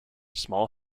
small